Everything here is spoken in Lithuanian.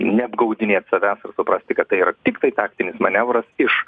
neapgaudinėt savęs suprasti kad tai yra tiktai taktinis manevras iš